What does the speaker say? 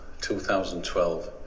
2012